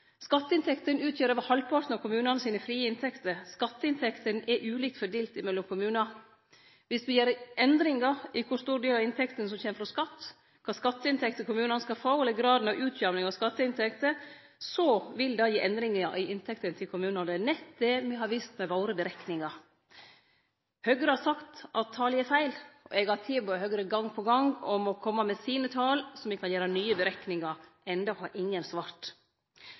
Skatteinntektene utgjer over halvparten av dei frie inntektene til kommunane. Skatteinntektene er ulikt fordelt mellom kommunane. Viss me gjer endringar når det gjeld kor stor del av inntektene som kjem frå skatt, kva for skatteinntekter kommunane skal få, eller graden av utjamning av skatteinntekter, vil det gi endringar i inntektene til kommunane, og det er nett det me har vist med våre berekningar. Høgre har sagt at tala er feil. Eg har gong på gong tilbode Høgre om å kome med sine tal, slik at vi kan gjere nye berekningar. Enno har ingen svart.